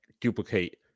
duplicate